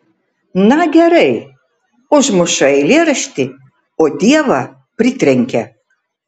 na gerai užmuša eilėraštį o dievą pritrenkia